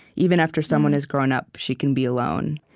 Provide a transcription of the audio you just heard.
even after someone is grown up, she can be alone.